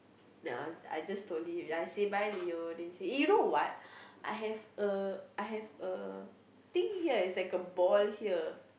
ya I just slowly ya I say bye Leo then he say eh you know what I have a I have a thing here is like a ball here